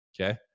okay